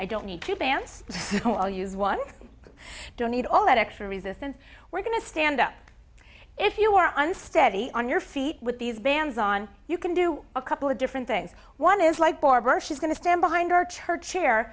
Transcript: i don't need to pants i'll use one i don't need all that extra resistance we're going to stand up if you are unsteady on your feet with these bands on you can do a couple of different things one is like barber she's going to stand behind our church chair